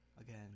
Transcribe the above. again